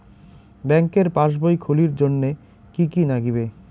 ব্যাঙ্কের পাসবই খুলির জন্যে কি কি নাগিবে?